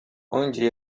onde